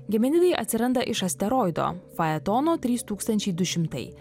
geminidai atsiranda iš asteroido faetono trys tūkstančiai du šimtai